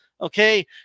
okay